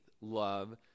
love